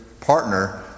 partner